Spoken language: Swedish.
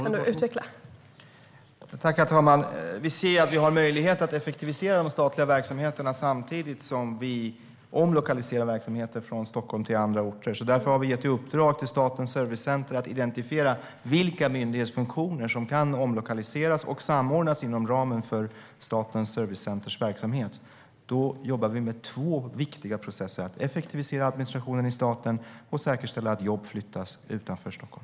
Herr talman! Det finns möjlighet att effektivisera de statliga verksamheterna samtidigt som vi omlokaliserar statliga verksamheter från Stockholm till andra orter. Därför har vi gett i uppdrag till Statens servicecenter att identifiera vilka myndighetsfunktioner som kan omlokaliseras och samordnas inom ramen för Statens servicecenters verksamhet. Då jobbar vi med två viktiga processer, effektivisera administrationen i staten och säkerställa att jobb flyttas utanför Stockholm.